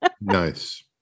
nice